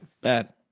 bad